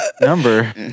number